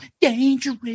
dangerous